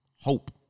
hope